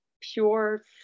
pure